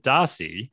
Darcy